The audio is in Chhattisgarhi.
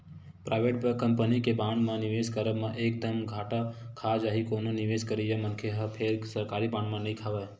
पराइवेट कंपनी के बांड म निवेस करब म एक दम घाटा खा जाही कोनो निवेस करइया मनखे ह फेर सरकारी बांड म नइ खावय